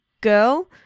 girl